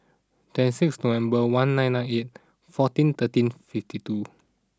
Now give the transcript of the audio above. twenty six November one nine nine eight fourteen thirteen fifty two